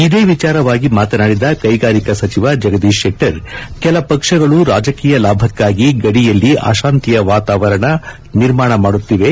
ಇದೇ ವಿಚಾರವಾಗಿ ಮಾತನಾಡಿದ ಕೈಗಾರಿಕಾ ಸಚಿವ ಜಗದೀಶ್ ಶೆಟ್ಟರ್ ಕೆಲ ಪಕ್ಷಗಳು ರಾಜಕೀಯ ಲಾಭಕ್ಕಾಗಿ ಗಡಿಯಲ್ಲಿ ಅಶಾಂತಿಯ ವಾತಾವರಣ ನಿರ್ಮಾಣ ಮಾಡುತ್ತಿವೆ